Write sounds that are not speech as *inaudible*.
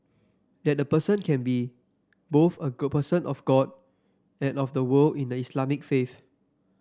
that a person can be both a *unintelligible* person of God and of the world in the Islamic faith